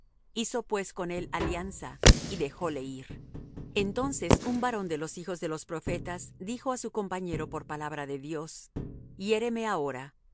hizo pues con él alianza y dejóle ir entonces un varón de los hijos de los profetas dijo á su compañero por palabra de dios hiéreme ahora mas